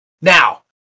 Now